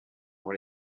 pour